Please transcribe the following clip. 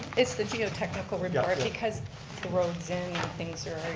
it's the geo technical report, because the roads in and things are